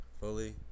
Fully